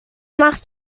machst